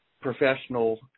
professional